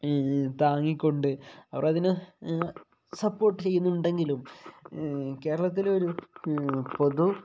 താങ്ങിക്കൊണ്ട് അവരതിന് സപ്പോർട്ട് ചെയ്യുന്നുണ്ടെങ്കിലും കേരളത്തിലെ ഒരു പൊതു